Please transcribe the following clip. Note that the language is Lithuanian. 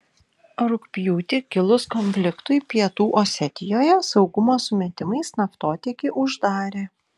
rugpjūtį kilus konfliktui pietų osetijoje saugumo sumetimais naftotiekį uždarė